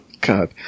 God